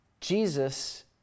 Jesus